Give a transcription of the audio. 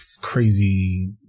crazy